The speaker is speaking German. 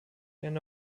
eine